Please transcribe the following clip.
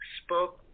spoke